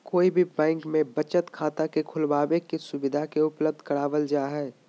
कोई भी बैंक में बचत खाता के खुलबाबे के सुविधा के उपलब्ध करावल जा हई